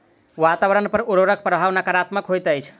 वातावरण पर उर्वरकक प्रभाव नाकारात्मक होइत अछि